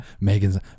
Megan's